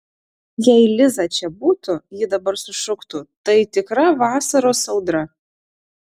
jei liza čia būtų ji dabar sušuktų tai tikra vasaros audra